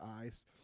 eyes